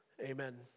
Amen